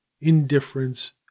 Indifference